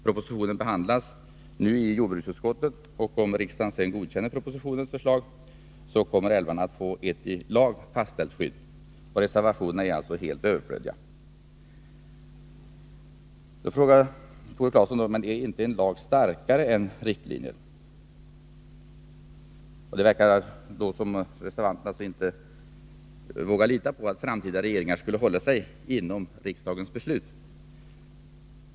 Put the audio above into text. Propositionen behandlas nu i jordbruksutskottet, och om riksdagen sedan godkänner propositionens förslag, kommer älvarna att få ett i lag fastställt skydd. Reservationerna är alltså helt överflödiga. Nu frågar Tore Claeson: Men är då inte en lag starkare än riktlinjer? Det verkar som om reservanterna inte vågar lita på att framtida regeringar skulle hålla sig inom riksdagens beslut.